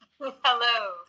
Hello